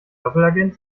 doppelagent